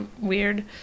weird